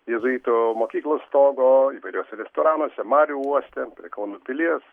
jėzuitų mokyklos stogo įvairiuose restoranuose marių uoste prie kauno pilies